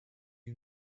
you